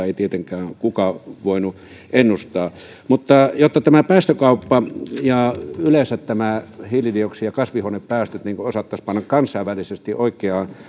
ei tietenkään kukaan voinut ennustaa jotta tämä päästökauppa ja hiilidioksidi ja kasvihuonepäästöt yleensä osattaisiin panna kansainvälisesti oikeaan